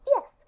yes